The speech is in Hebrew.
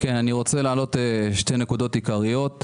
כן, אני רוצה להעלות שתי נקודות עיקריות.